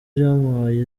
byamuhaye